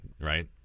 right